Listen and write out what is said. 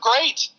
great